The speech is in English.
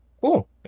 Cool